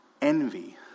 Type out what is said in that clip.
envy